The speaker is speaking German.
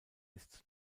ist